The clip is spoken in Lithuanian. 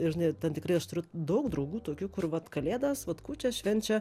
ir žinai ten tikrai aš turiu daug draugų tokių kur vat kalėdas vat kūčias švenčia